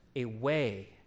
away